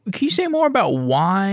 like you say more about why